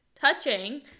touching